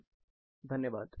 Thank you धन्यवाद